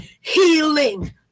healing